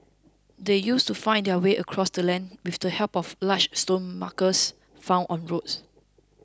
they used to find their way across the land with the help of large stone markers found on roads